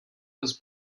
was